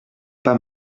pas